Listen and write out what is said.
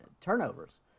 turnovers